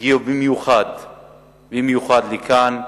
הגיעו במיוחד לכאן,